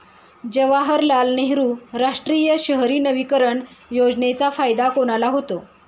जवाहरलाल नेहरू राष्ट्रीय शहरी नवीकरण योजनेचा फायदा कोणाला होतो?